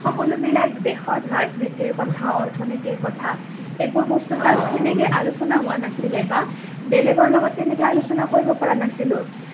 সকলোবিলাক দেশৰ ৰাজনীতিৰ কথা অৰ্থনীতিৰ কথা এইবোৰ বস্তু তাত সেনেকৈ আলোচনা হোৱা নাছিলে বা বেলেগৰ লগত তেনেকৈ আলোচনা কৰিব পৰা নাছিলোঁ